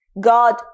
God